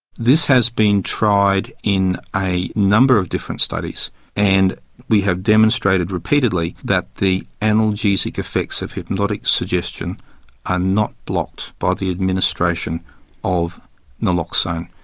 this has been tried in a number of different studies and we have demonstrated repeatedly that the analgesic effects of hypnotic suggestion are not blocked by the administration of naloxone.